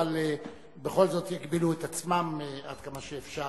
אבל בכל זאת יגבילו את עצמם עד כמה שאפשר.